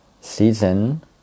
season